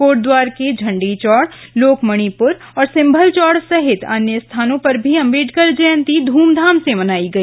कोटद्वार के झंडिचौड़ लोकमणिप्र और सिम्भलचौड़ सहित अन्य स्थानों पर भी अम्बेडकर जयन्ती ध्रमधाम से मनाई गई